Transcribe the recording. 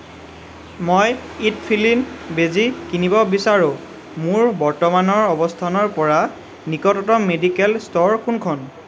মই ইট'ফিলিন বেজী কিনিব বিচাৰোঁ মোৰ বৰ্তমানৰ অৱস্থানৰ পৰা নিকটতম মেডিকেল ষ্ট'ৰ কোনখন